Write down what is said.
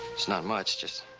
it's not much, just.